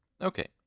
Okay